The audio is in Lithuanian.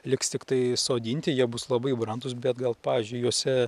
liks tiktai sodinti jie bus labai brandūs bet gal pavyzdžiui juose